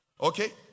Okay